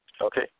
Okay